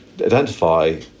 identify